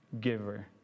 giver